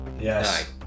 Yes